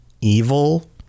evil